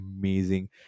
amazing